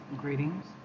Greetings